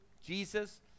Jesus